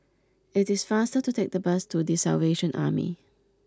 it is faster to take the bus to The Salvation Army